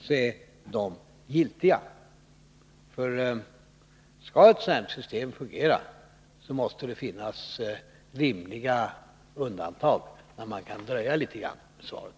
Skall ett sådant här system fungera, måste det finnas rimliga möjligheter att göra undantag, så att man kan dröja något med svaret.